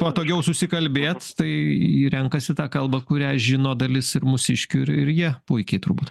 patogiau susikalbėt tai renkasi tą kalbą kurią žino dalis ir mūsiškių ir ir jie puikiai turbūt